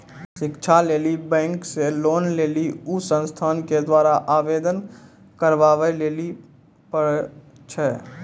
शिक्षा लेली बैंक से लोन लेली उ संस्थान के द्वारा आवेदन करबाबै लेली पर छै?